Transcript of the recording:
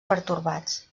pertorbats